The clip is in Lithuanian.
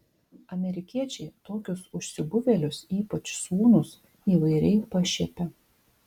amerikiečiai tokius užsibuvėlius ypač sūnus įvairiai pašiepia